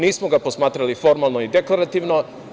Nismo ga posmatrali formalno i dekorativno.